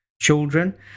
children